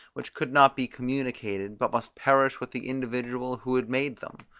which could not be communicated, but must perish with the individual who had made them?